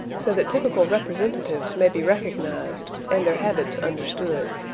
so that typical representatives may be recognized and their habits understood.